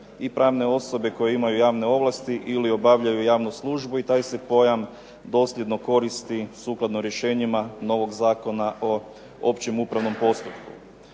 i pravne osobe koje imaju javne ovlasti ili obavljaju javnu službu i taj se pojam dosljedno koristi sukladno rješenjima novog Zakona o općem upravnom postupku.